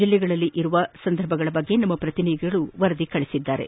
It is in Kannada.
ಜಿಲ್ಲೆಗಳಲ್ಲಿ ಇರುವ ಸಂದರ್ಭಗಳ ಬಗ್ಗೆ ನಮ್ಮ ಪ್ರತಿನಿಧಿಗಳು ವರದಿ ಕಳಿಸಿದ್ದಾರೆ